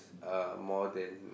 uh more than